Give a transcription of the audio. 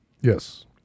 Yes